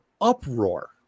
uproar